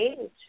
age